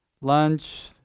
lunch